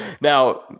Now